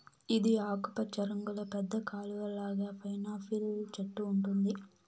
ఇది ఆకుపచ్చ రంగులో పెద్ద కలువ లాగా పైనాపిల్ చెట్టు ఉంటుంది